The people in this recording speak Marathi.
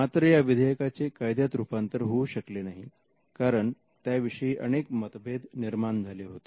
मात्र या विधेयकाचे कायद्यात रूपांतर होऊ शकले नाही कारण त्याविषयी अनेक मतभेद निर्माण झाले होते